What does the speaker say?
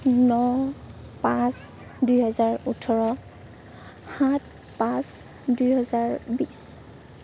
ন পাঁচ দুহেজাৰ ওঠৰ সাত পাঁচ দুহেজাৰ বিশ